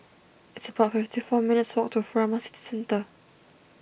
it's about fifty four minutes' walk to Furama City Centre